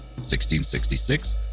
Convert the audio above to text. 1666